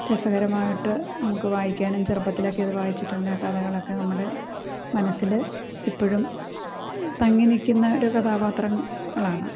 രസകരമായിട്ട് നമുക്ക് വായിക്കാനും ചെറുപ്പത്തിലൊക്കെ ഇത് വായിച്ചിട്ടുള്ള കഥകളൊക്കെ നമ്മുടെ മനസ്സിൽ ഇപ്പോഴും തങ്ങി നിൽക്കുന്ന ഒരു കഥാപാത്രങ്ങളാണ്